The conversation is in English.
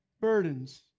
burdens